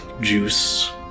juice